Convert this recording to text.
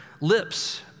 lips